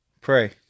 Pray